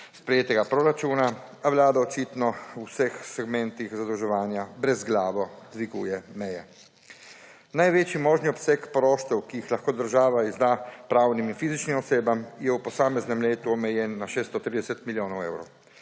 sprejetega proračuna, a Vlada očitno v vseh segmentih zadolževanja brezglavo dviguje meje. Največji možni obseg poroštev, ki jih lahko država izda pravnim in fizičnim osebam, je v posameznem letu omejen na 630 milijonov evrov.